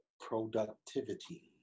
Productivity